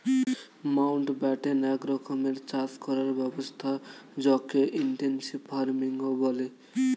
Mountbatten এক রকমের চাষ করার ব্যবস্থা যকে ইনটেনসিভ ফার্মিংও বলে